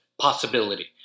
possibility